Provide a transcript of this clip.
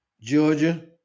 Georgia